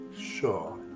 sure